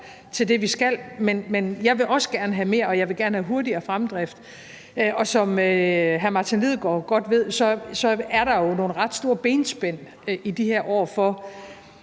til det, vi skal, men jeg vil også gerne have mere, og jeg vil gerne have hurtigere fremdrift. Og som hr. Martin Lidegaard godt ved, er der i de her år nogle ret store benspænd for